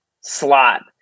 slot